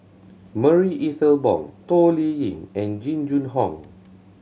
Marie Ethel Bong Toh Liying and Jing Jun Hong